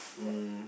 um